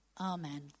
Amen